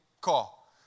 call